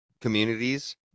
communities